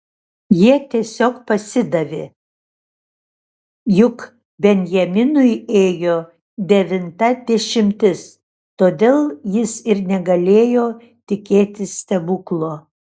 jie tiesiog pasidavė juk benjaminui ėjo devinta dešimtis todėl jis ir negalėjo tikėtis stebuklo